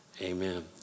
amen